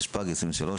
התשפ"ג-2023,